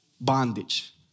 bondage